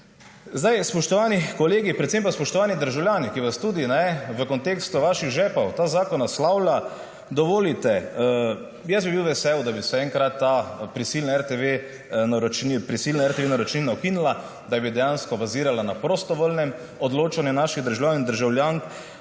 Spoštovani kolegi, predvsem pa spoštovani državljani, ki vas tudi v kontekstu vaših žepov ta zakon naslavlja, dovolite, jaz bi bil vesel, da bi se enkrat ta prisilna RTV naročnina ukinila, da bi dejansko bazirala na prostovoljnem odločanju naših državljank in državljanov.